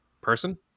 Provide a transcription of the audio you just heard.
person